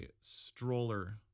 stroller